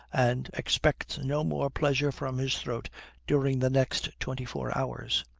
and expects no more pleasure from his throat during the next twenty-four hours.